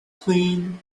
clean